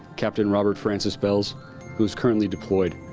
captain robert francis bells who's currently deployed.